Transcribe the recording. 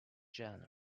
genres